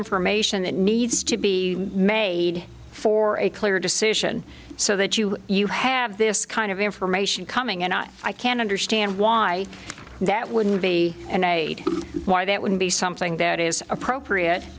information that needs to be made for a clear decision so that you you have this kind of information coming in not i can understand why that wouldn't be an aid why that would be something that is appropriate